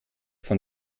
von